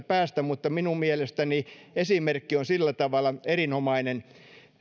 päästä mutta minun mielestäni esimerkki on sillä tavalla erinomainen